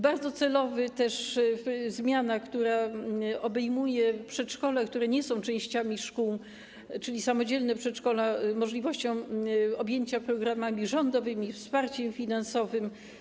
Bardzo celowa jest też zmiana, która obejmuje przedszkola, które nie są częściami szkół, czyli samodzielne przedszkola, możliwością objęcia programami rządowymi, wsparciem finansowym.